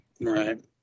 Right